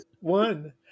one